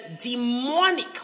demonic